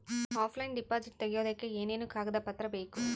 Offline deposit ತೆಗಿಯೋದಕ್ಕೆ ಏನೇನು ಕಾಗದ ಪತ್ರ ಬೇಕು?